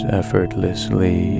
effortlessly